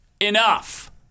enough